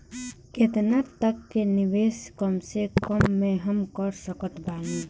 केतना तक के निवेश कम से कम मे हम कर सकत बानी?